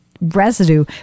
residue